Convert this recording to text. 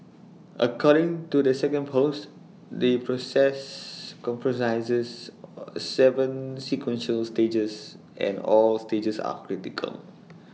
according to the second post the process comprises Seven sequential stages and all stages are critical